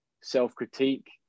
Self-critique